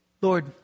Lord